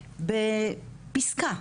בפסקה,